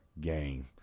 game